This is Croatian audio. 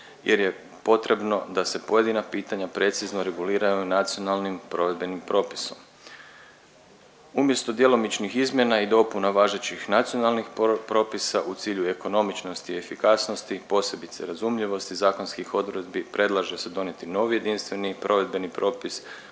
jer je potrebno da se pojedina pitanja precizno reguliraju nacionalnim provedbenim propisom. Umjesto djelomičnih izmjena i dopuna važećih nacionalnih propisa u cilju ekonomičnosti i efikasnosti posebice razumljivosti zakonskih odredbi predlaže se donijeti novi jedinstveni provedbeni propis